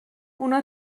اونا